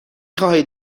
خواهید